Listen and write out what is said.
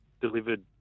delivered